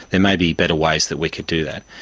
there may be better ways that we could do that.